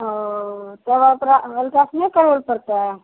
हाँ ओ तब ओकरा अल्ट्रासाउण्ड करबैलए पड़तै